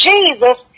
Jesus